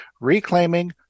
reclaiming